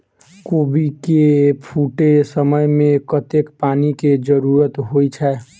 कोबी केँ फूटे समय मे कतेक पानि केँ जरूरत होइ छै?